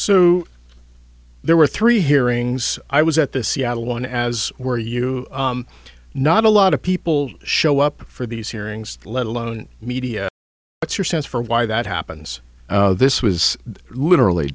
so there were three hearings i was at the seattle one as were you not a lot of people show up for these hearings let alone media what's your sense for why that happens this was literally